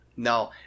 No